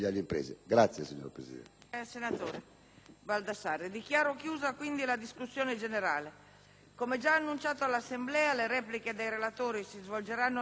Dichiaro chiusa la discussione generale. Come già annunciato all'Assemblea, le repliche dei relatori e del Governo si svolgeranno nella seduta antimeridiana di domani.